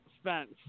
Spence